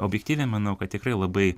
objektyviai manau kad tikrai labai